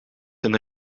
een